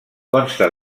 consta